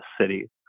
city